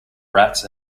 rats